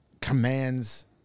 commands